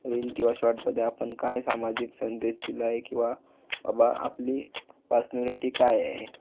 reel किंवा शॉर्टमध्ये आपण काय सामाजिक संदेश दिला आहे किंवा बाबा आपली पर्सनॅलिटी काय आहे